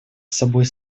собой